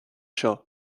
seo